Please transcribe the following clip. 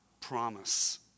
promise